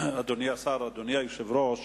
אדוני השר, אדוני היושב-ראש,